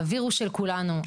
האוויר הוא של כולנו,